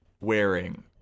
wearing